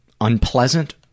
unpleasant